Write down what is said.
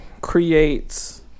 creates